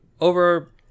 over